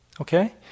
okay